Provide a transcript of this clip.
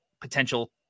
potential